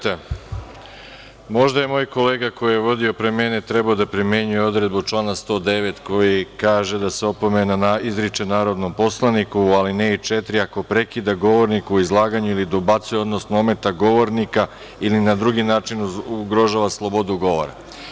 Koleginica Radeta, možda je moj kolega koji je vodio pre mene trebao da primenjuje odredbu člana 109, koji kaže da se opomena izriče narodnom poslaniku, alineja 4, ako prekida govornika u izlaganju ili dobacuje, odnosno ometa govornika ili na drugi način ugrožava slobodu govora.